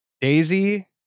Daisy